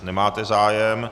Nemáte zájem.